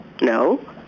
No